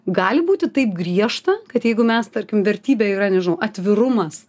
gali būti taip griežta kad jeigu mes tarkim vertybė yra nežinau atvirumas